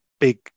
Big